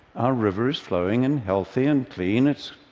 our river is flowing and healthy and clean. it's